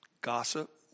Gossip